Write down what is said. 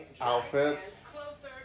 outfits